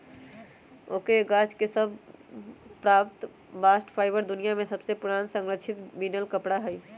oak के गाछ सभ से प्राप्त बास्ट फाइबर दुनिया में सबसे पुरान संरक्षित बिनल कपड़ा हइ